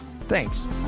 Thanks